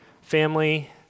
family